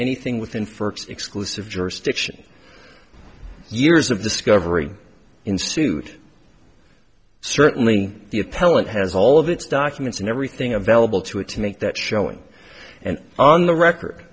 anything within for exclusive jurisdiction years of discovery institute certainly the appellant has all of its documents and everything available to it to make that showing and on the record